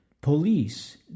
police